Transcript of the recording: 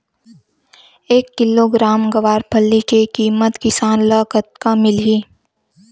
एक किलोग्राम गवारफली के किमत किसान ल कतका मिलही?